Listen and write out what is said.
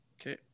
Okay